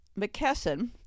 McKesson